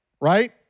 right